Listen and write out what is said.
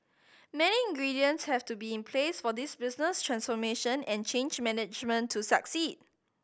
many ingredients have to be in place for this business transformation and change management to succeed